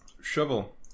Shovel